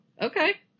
Okay